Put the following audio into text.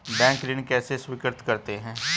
Bank ऋण कैसे स्वीकृत करते हैं?